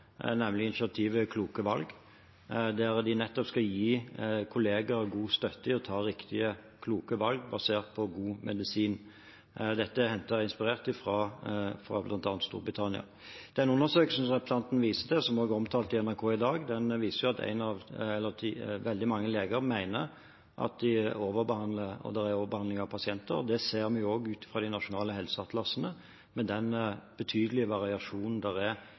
nemlig kampanjen «Gjør kloke valg», der man nettopp skal gi kollegaer god støtte i å ta riktige, kloke valg basert på god medisin. Dette er hentet fra og inspirert av bl.a. Storbritannia. Den undersøkelsen som representanten viste til, og som også er omtalt i NRK i dag, viser at veldig mange leger mener at de overbehandler, og at det er overbehandling av pasienter. Det ser vi også ut fra de nasjonale helseatlasene, med den betydelige variasjonen det er